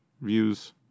views